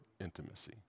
intimacy